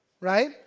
right